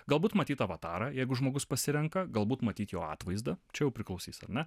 galbūt matyt avatarą jeigu žmogus pasirenka galbūt matyt jo atvaizdąčia jau priklausys ar ne